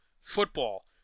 football